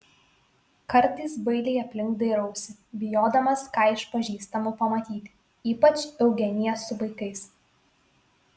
kartais bailiai aplink dairiausi bijodamas ką iš pažįstamų pamatyti ypač eugeniją su vaikais